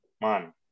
Man